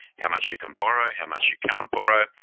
how much you can borrow, how much you can't borrow.